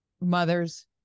mothers